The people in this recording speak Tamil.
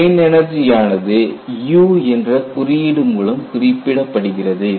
ஸ்ட்ரெயின் எனர்ஜியானது U என்ற குறியீடு மூலம் குறிப்பிடப்படுகிறது